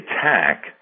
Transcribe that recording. attack